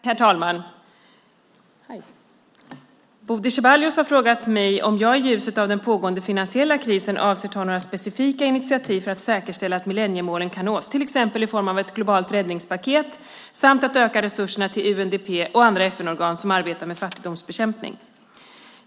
Herr talman! Bodil Ceballos har frågat mig om jag i ljuset av den pågående finansiella krisen avser att ta några specifika initiativ för att säkerställa att millenniemålen kan nås, till exempel i form av ett globalt "räddningspaket" samt att öka resurserna till UNDP och andra FN-organ som arbetar med fattigdomsbekämpning.